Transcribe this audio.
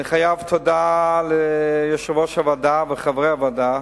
אני חייב תודה ליושב-ראש הוועדה ולחברי הוועדה,